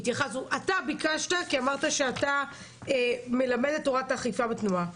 אתה ביקשת כי אמרת שאתה מלמד את תורת האכיפה בתנועה.